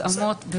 התאמות,